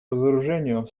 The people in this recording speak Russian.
разоружению